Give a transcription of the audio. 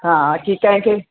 हा कि कंहिं खे